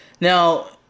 now